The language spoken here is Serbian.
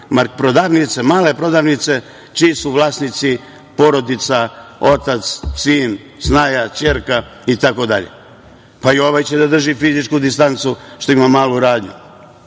mogu one male prodavnice, čiji su vlasnici porodica, otac, sin, snaja, ćerka itd? Pa, i ovaj će da drži fizičku distancu što ima malu radnju.